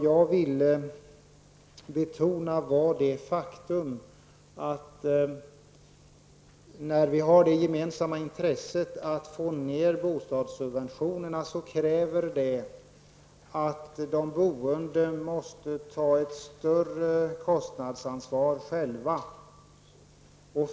Jag vill betona det faktum att vi har det gemensamma intresset att få ned bostadssubventionerna. Detta kräver att de boende måste ta ett större kostnadsansvar själva.